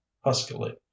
huskily